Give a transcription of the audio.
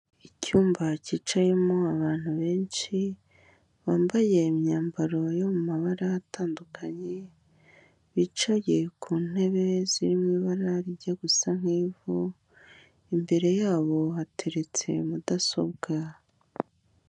Icyumba kicayemo abantu benshi bambaye imyambaro yo mu mabara atandukanye bicaye ku ntebe zirimo ibara rijya gusa nk'ivu, imbere yabo hateretse mudasobwa.